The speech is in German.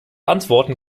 antworten